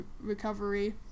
recovery